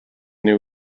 new